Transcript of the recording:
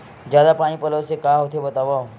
जादा पानी पलोय से का होथे बतावव?